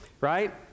right